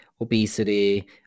obesity